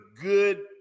good